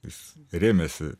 jis rėmėsi